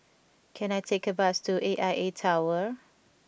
can I take a bus to A I A Tower